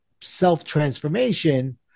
self-transformation